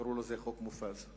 קראו לזה חוק מופז,